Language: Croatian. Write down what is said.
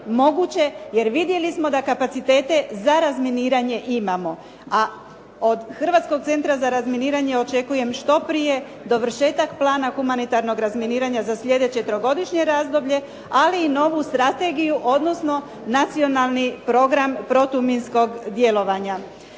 jer vidjeli smo da kapacitete za razminiranje imamo. A od Hrvatskog centra za razminiranje očekujem što prije dovršetak plana humanitarnog razminiranja za sljedeće trogodišnje razdoblje ali i novu strategiju, odnosno nacionalni program protuminskog djelovanja.